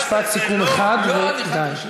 משפט סיכום אחד ודי.